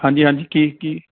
ਹਾਂਜੀ ਹਾਂਜੀ ਕੀ ਕੀ